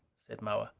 said moa.